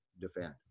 defend